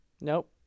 Nope